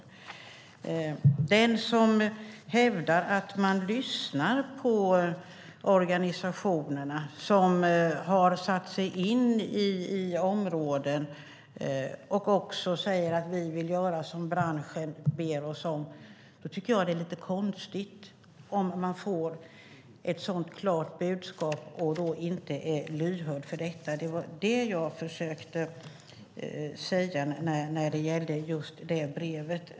När den som hävdar att man lyssnar på organisationerna och har satt sig in i områdena också säger "Vi vill göra det branschen ber oss om" tycker jag att det är lite konstigt, när man får ett så klart budskap, att man inte är lyhörd för det. Det var det jag försökte säga när det gällde just det brevet.